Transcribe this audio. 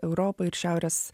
europa ir šiaurės